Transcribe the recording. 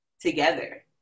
together